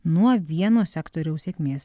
nuo vieno sektoriaus sėkmės